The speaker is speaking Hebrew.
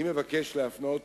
אני מבקש להפנות